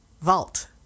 Vault